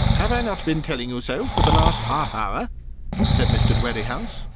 have i not been telling you so for the last half-hour? said mr. dwerrihouse,